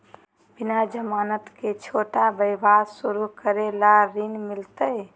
बिना जमानत के, छोटा व्यवसाय शुरू करे ला ऋण मिलतई?